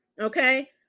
okay